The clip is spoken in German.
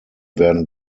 werden